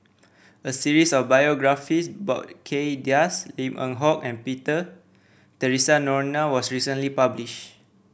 a series of biographies about Kay Das Lim Eng Hock and Peter Theresa Noronha was recently publish